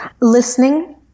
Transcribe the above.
Listening